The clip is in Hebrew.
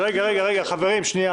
חברת הכנסת